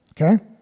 Okay